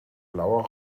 blauer